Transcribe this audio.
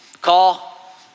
call